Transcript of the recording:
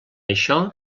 això